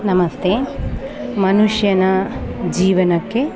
ನಮಸ್ತೆ ಮನುಷ್ಯನ ಜೀವನಕ್ಕೆ